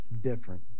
different